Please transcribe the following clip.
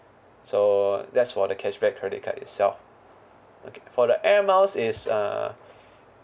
so that's for the cashback credit card itself okay for the air miles is uh